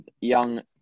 young